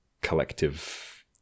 collective